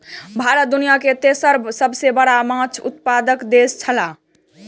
भारत दुनिया के तेसर सबसे बड़ा माछ उत्पादक देश छला